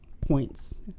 points